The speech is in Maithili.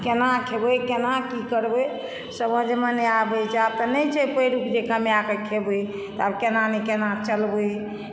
केना खेबै केना की करबै समझमे नहि आबै छै आब तऽ नहि छै पैरुख जे कमाके खेबै आओर केना ने केना चलबै